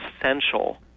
essential